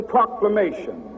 Proclamation